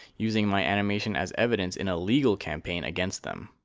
using my animation as evidence in a legal campaign against them.